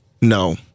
No